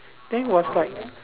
then was like